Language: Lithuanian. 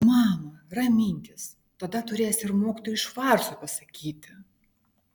mama raminkis tada turėsi ir mokytojui švarcui pasakyti